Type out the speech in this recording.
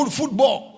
football